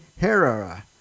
Herrera